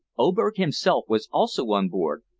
oberg himself was also on board,